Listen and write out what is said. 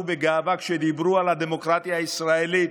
בגאווה כשדיברו על הדמוקרטיה הישראלית,